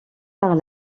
par